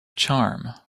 charm